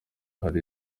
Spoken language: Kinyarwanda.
hari